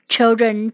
Children